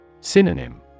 Synonym